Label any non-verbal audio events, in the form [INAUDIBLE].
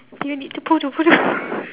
you need to poo to poo [LAUGHS]